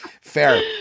Fair